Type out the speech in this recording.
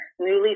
newly